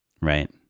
Right